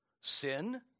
Sin